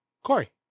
Corey